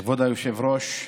כבוד היושב-ראש,